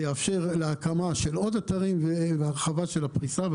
יאפשר הקמה של עוד אתרים והרחבה של הפריסה.